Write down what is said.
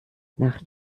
nach